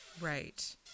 right